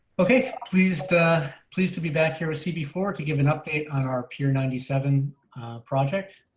okay, pleased pleased to be back here with see before to give an update on our pure ninety seven project.